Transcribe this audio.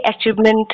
achievement